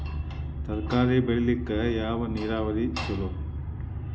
ತರಕಾರಿ ಬೆಳಿಲಿಕ್ಕ ಯಾವ ನೇರಾವರಿ ಛಲೋ?